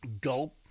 Gulp